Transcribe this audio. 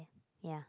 ya